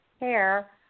Hair